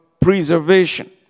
preservation